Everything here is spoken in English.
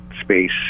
space